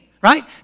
right